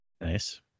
Nice